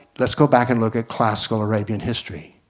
let's go back and look at classical arabian history.